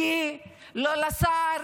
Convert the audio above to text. כי לא לשר,